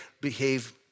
behave